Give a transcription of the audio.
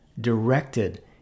directed